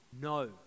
no